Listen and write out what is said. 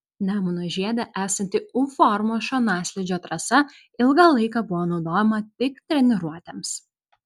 nemuno žiede esanti u formos šonaslydžio trasa ilgą laiką buvo naudojama tik treniruotėms